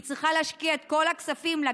היא צריכה להשקיע את כל הכספים כדי